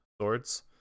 swords